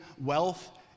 wealth